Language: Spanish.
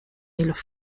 hilos